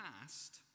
past